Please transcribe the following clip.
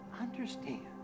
understand